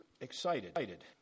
excited